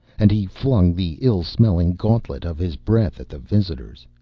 and he flung the ill-smelling gauntlet of his breath at the visitors.